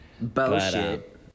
Bullshit